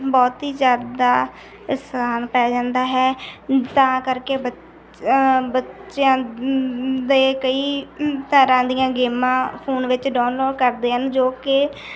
ਬਹੁਤ ਹੀ ਜ਼ਿਆਦਾ ਇਸਰਾਨ ਪੈ ਜਾਂਦਾ ਹੈ ਤਾਂ ਕਰਕੇ ਬਚ ਬੱਚਿਆਂ ਦੇ ਕਈ ਤਰ੍ਹਾਂ ਦੀਆਂ ਗੇਮਾਂ ਫੋਨ ਵਿੱਚ ਡਾਊਨਲੋ ਕਰਦੇ ਹਨ ਜੋ ਕਿ